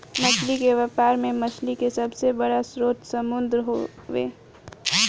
मछली के व्यापार में मछली के सबसे बड़ स्रोत समुंद्र हवे